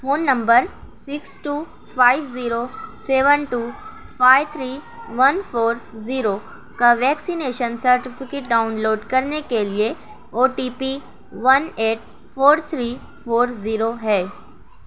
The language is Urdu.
phone number six two five zero seven two five three one four zero کا ویکسینیشن سرٹیفکیٹ ڈاؤنلوڈ کرنے کے لیے O T P one eight four three four zero ہے